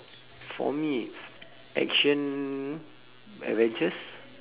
for me action adventures